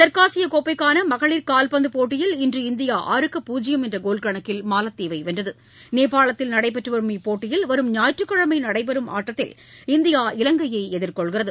தெற்காசிய கோப்பைக்கான மகளிர் கால்பந்து போட்டியில் இன்று இந்தியா ஆறுக்கு பூஜ்ஜியம் என்ற கோல் கணக்கில் மாலத்தீவை வென்றது நேபாளத்தில் நடைபெற்று வரும் இப்போட்டியில் வரும் ஞாயிற்றுக் கிழமை நடைபெறும் ஆட்டத்தில் இந்தியா இலங்கையை எதிர்கொள்கிறது